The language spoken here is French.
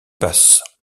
passe